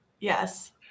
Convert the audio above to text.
Yes